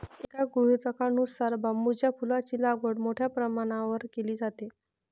एका गृहीतकानुसार बांबूच्या फुलांची लागवड मोठ्या प्रमाणावर केली जाते